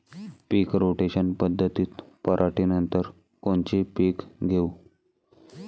पीक rotation पद्धतीत पराटीनंतर कोनचे पीक घेऊ?